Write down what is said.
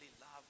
love